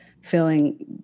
feeling –